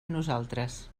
nosaltres